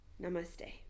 Namaste